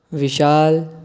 विशाल